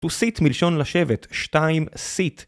To sit מלשון לשבת, שתיים sit.